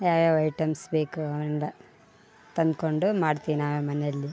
ಯಾವ ಯಾವ ಐಟಮ್ಸ್ ಬೇಕು ಅಂತ ತಂದುಕೊಂಡು ಮಾಡ್ತೀವಿ ನಾವೇ ಮನೆಯಲ್ಲಿ